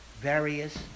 various